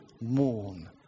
mourn